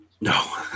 No